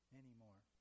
anymore